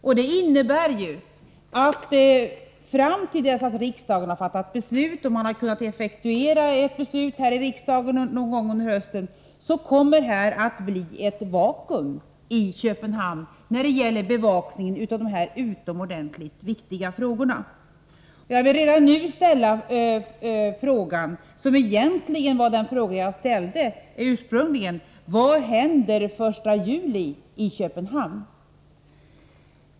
Detta innebär att det fram till dess att riksdagen har fattat beslut och det har kunnat effektueras ett beslut någon gång under hösten kommer att bli ett vakuum i Köpenhamn när det gäller bevakningen av dessa utomordentligt viktiga frågor. Jag vill redan nu ställa samma fråga som jag ställde ursprungligen: Vad händer den 1 juli i Köpenhamn?